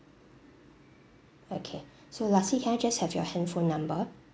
okay so lastly can I just have your handphone number